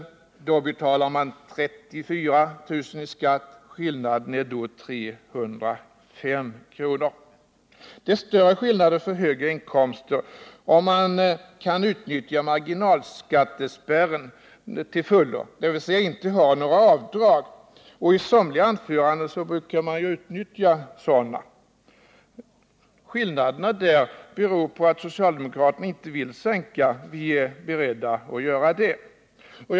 i inkomst betalar man 34 000 kr. i skatt och skillnaden är 305 kr. Det blir större skillnader för högre inkomster, om inkomsttagaren kan utnyttja marginalskattespärren till fullo, dvs. inte har några avdrag — i somliga anföranden brukar man ju peka på sådana fall. Skillnaderna i dessa lägen beror på att socialdemokraterna inte vill sänka marginalskatten för dessa inkomster medan vi är beredda att göra det.